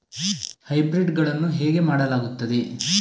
Hybrid ಗಳನ್ನು ಹೇಗೆ ಮಾಡಲಾಗುತ್ತದೆ?